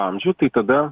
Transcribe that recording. amžių tai kada